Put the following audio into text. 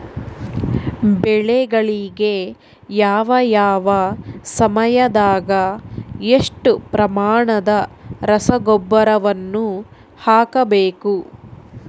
ಬೆಳೆಗಳಿಗೆ ಯಾವ ಯಾವ ಸಮಯದಾಗ ಎಷ್ಟು ಪ್ರಮಾಣದ ರಸಗೊಬ್ಬರವನ್ನು ಹಾಕಬೇಕು?